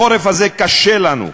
החורף הזה קשה לנו.